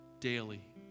daily